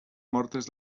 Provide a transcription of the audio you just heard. mortes